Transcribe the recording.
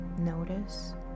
Notice